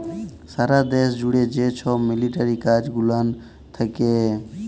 সারা দ্যাশ জ্যুড়ে যে ছব মিলিটারি কাজ গুলান থ্যাকে